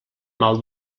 mal